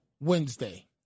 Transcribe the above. Wednesday